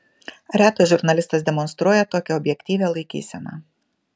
retas žurnalistas demonstruoja tokią objektyvią laikyseną